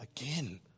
again